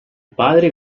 padre